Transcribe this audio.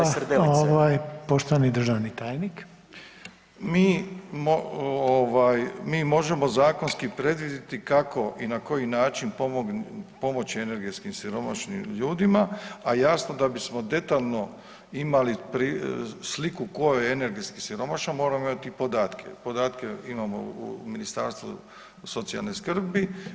Mi ovaj, mi možemo zakonski predvidjeti kako i na koji način pomoći energetski siromašnim ljudima, a jasno da bismo detaljno imali sliku ko je energetski siromašan moramo imati i podatke, podatke imamo u Ministarstvu socijalne skrbi.